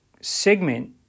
segment